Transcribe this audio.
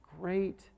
great